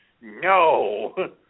no